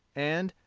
and,